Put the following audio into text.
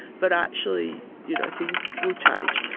but actually you know things will change.